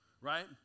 right